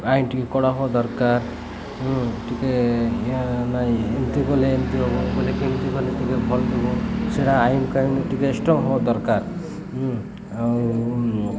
ଆଇନ ଟିକେ କଡ଼ା ହେବା ଦରକାର ଟିକେ ନାଇଁ ଏମିତି କଲେ ଏମିତି ହେବ ବଲେ କେ ଏମିତି ଗଲେ ଟିକେ ଭଲ ହବ ସେଟା ଆଇନ କାନ୍ ଟିକେ ଷ୍ଟ୍ରଙ୍ଗ୍ ହେବା ଦରକାର ଆଉ